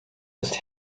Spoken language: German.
ist